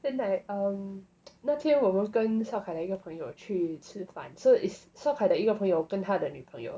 then like um 那天我们跟 shao kai 的一个朋友去吃饭 so it's shao kai 的一个朋友跟他的女朋友